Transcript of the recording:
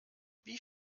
wie